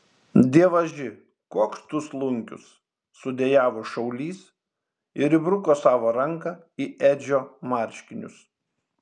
dievaži koks tu slunkius sudejavo šaulys ir įbruko savo ranką į edžio marškinius